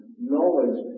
knowledge